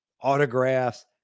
autographs